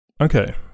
okay